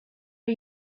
are